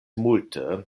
multe